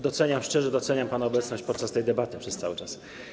Doceniam, szczerze doceniam pana obecność podczas tej debaty przez cały czas.